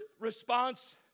response